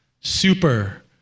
super